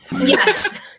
Yes